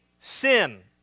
sin